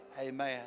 Amen